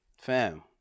fam